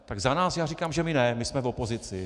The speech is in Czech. Tak za nás já říkám, že my ne, my jsme v opozici.